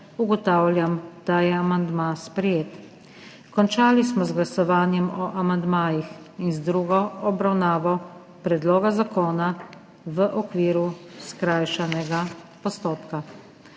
Ugotavljam, da je amandma sprejet. Končali smo z glasovanjem o amandmajih in z drugo obravnavo predloga zakona v okviru skrajšanega postopka.